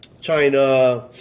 China